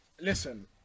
listen